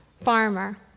farmer